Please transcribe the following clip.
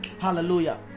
Hallelujah